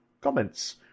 Comments